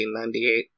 1998